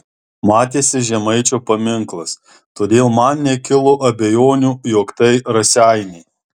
matėsi žemaičio paminklas todėl man nekilo abejonių jog tai raseiniai